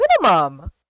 minimum